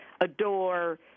adore